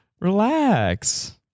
Relax